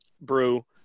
brew